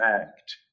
act